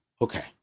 Okay